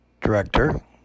director